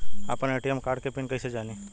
आपन ATM card के PIN कईसे जानी?